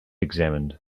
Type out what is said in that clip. examined